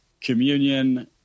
communion